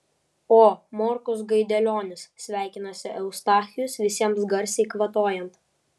o morkus gaidelionis sveikinasi eustachijus visiems garsiai kvatojant